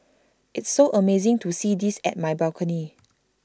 it's so amazing to see this at my balcony